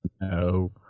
No